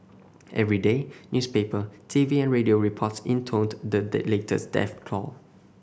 every day newspaper T V and radio reports intoned the latest death toll